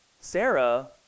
Sarah